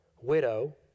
widow